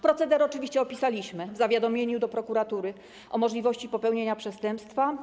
Proceder oczywiście opisaliśmy w zawiadomieniu do prokuratury o możliwości popełnienia przestępstwa.